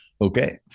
Okay